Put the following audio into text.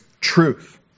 truth